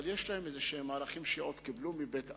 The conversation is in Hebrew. אבל יש להם ערכים כלשהם שעוד קיבלו מבית אבא.